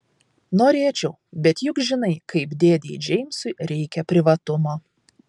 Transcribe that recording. norėčiau bet juk žinai kaip dėdei džeimsui reikia privatumo